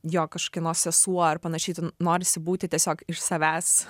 jo kažkieno sesuo ar panašiai tu norisi būti tiesiog iš savęs